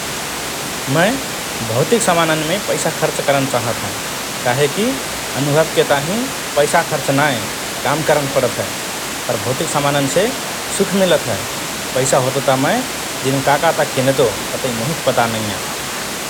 मए भौतिक सामानन्मे पैसा खर्च करन चाहत हओं । काहेकि अनुभवके ताहिँ पैसा खर्च नाए काम करन पडत हए । पर भौतिक सामाननसे सुख मिलत हए ।